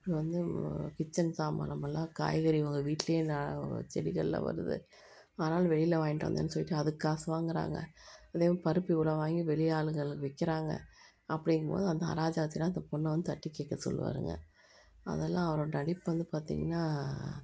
இப்போ வந்து கிட்சன் சமானமெல்லாம் காய்கறி வாங்க வீட்லேயே நான் செடிகளில் வருது ஆனாலும் வெளியில் வாங்கிகிட்டு வந்தேன்னு சொல்லிகிட்டு அதுக்கு காசு வாங்கிறாங்க இதே பருப்பு இவ்வளோ வாங்கி வெளி ஆளுகளுக்கு விற்கிறாங்க அப்படிங்கும் போது அந்த அராஜகத்தையெலாம் இந்த பொண்ணை வந்து தட்டி கேட்க சொல்லுவாருங்க அதெல்லாம் அவரோட நடிப்பு வந்து பார்த்தீங்கன்னா